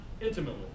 intimately